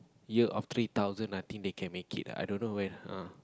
year of three thousand I think they can make it ah i don't know when